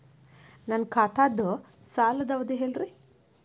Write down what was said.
ನನ್ನ ಖಾತಾದ್ದ ಸಾಲದ್ ಅವಧಿ ಹೇಳ್ರಿ